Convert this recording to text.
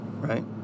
right